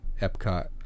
Epcot